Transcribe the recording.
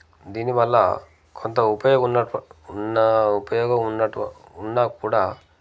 దీని వల్ల కొంత ఉపయోగం ఉన్న ఉన్నా ఉపయోగ ఉన్నట్టు ఉన్నా కూడా